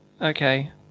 okay